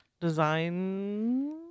design